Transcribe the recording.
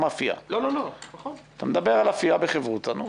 אתה מדבר על אפייה בחברותא.